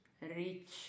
rich